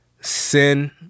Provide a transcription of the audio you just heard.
sin